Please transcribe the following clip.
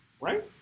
Right